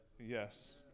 yes